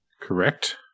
Correct